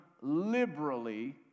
liberally